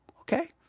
Okay